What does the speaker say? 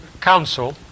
council